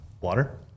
Water